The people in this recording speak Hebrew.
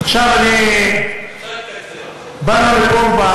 באנו לפה,